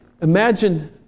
imagine